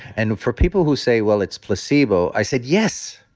and for people who say, well, it's placebo, i said, yes,